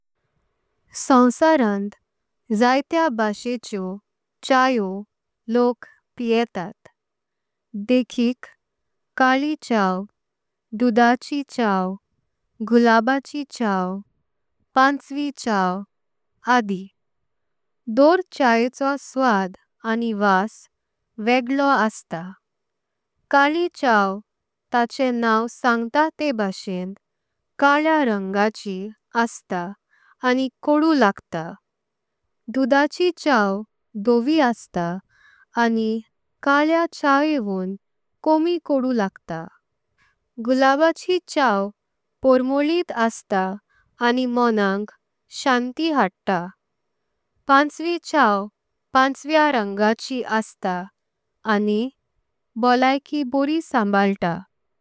सोन्वसारांत जातया भाषेच्यो चायो लोक पियतात। देकिक काळी चाव दूधाची चाव गुलाबाची चाव। पांचवी चाव आदि दोर चायेको स्वाद आनी वास वेगळो। असता काळी चाव ताचें नाव सांगता ते भाषेन काळया। रंगाची असता आनी कोडु लागता दूधाची चाव धोवी असता। आनी काळया चायेवोण कमी कोडु लागता गुलाबाची। चाव पोरमोल्लीत असता आनी मोणांक शांती हडता पांचवी। चाव पाण्चवेया रंगाची असता आनी बोल्लैंकी बोरी संभालतां।